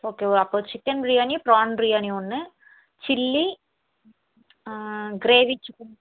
okay அப்போ chicken biryani prawn biryani ஒன்று chilli gravy chicken